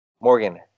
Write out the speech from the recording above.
Morgan